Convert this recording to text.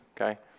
okay